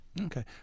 Okay